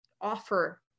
offer